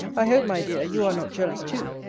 i hope, my dear, you are not jealous too.